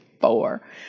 four